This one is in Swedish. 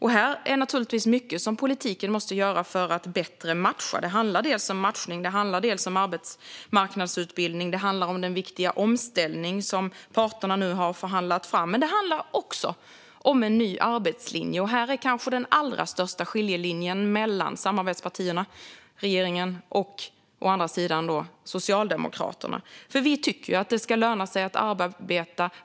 Här finns naturligtvis mycket som politiken måste göra för att bättre matcha. Det handlar dels om matchning, dels om arbetsmarknadsutbildning. Det handlar om den viktiga omställning som parterna har förhandlat fram. Men det handlar också om en ny arbetslinje, och här finns kanske den allra tydligaste skiljelinjen mellan å ena sidan regeringen och samarbetspartierna och å andra sidan Socialdemokraterna. Vi tycker att det ska löna sig att arbeta.